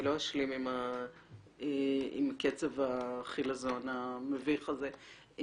לא אשלים עם קצב החילזון המביך הזה.